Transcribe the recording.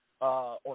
on